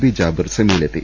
P Jabir സെമിയിലെത്തി